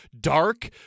dark